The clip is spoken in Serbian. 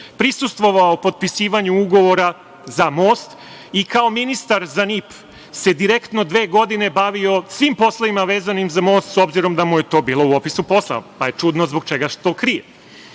prisustvovao potpisivanju ugovora za most i kao ministar za NIP se direktno dve godine bavio svim poslovima vezanim za most, s obzirom da mu je to bilo u opisu posla, pa je čudno zbog čega to krije. Da